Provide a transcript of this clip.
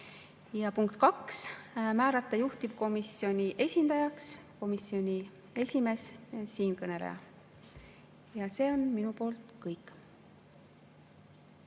Ja punkt 2, määrata juhtivkomisjoni esindajaks komisjoni esimees ehk siinkõneleja. See on minu poolt kõik.